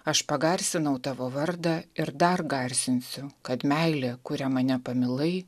aš pagarsinau tavo vardą ir dar garsinsiu kad meilė kuria mane pamilai